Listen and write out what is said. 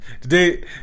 today